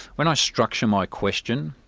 when i structure my question,